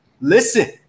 Listen